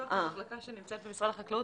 פיצו"ח היא מחלקה שנמצאת במשרד החקלאות